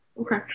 Okay